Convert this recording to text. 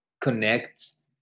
connects